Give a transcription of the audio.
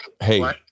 hey